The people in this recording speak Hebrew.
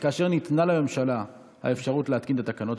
כאשר ניתנה לממשלה האפשרות להתקין את התקנות,